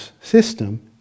system